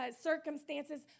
circumstances